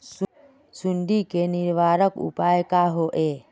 सुंडी के निवारक उपाय का होए?